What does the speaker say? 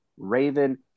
raven